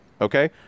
Okay